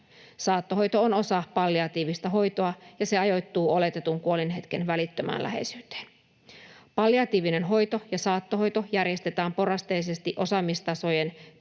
Saattohoito on osa palliatiivista hoitoa, ja se ajoittuu oletetun kuolinhetken välittömään läheisyyteen. Palliatiivinen hoito ja saattohoito järjestetään porrasteisesti osaamistasojen